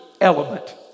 element